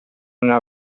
dalla